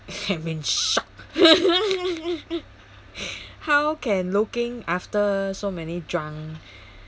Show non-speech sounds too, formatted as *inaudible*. I'm in shock *laughs* how can looking after so many drunk